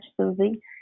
Susie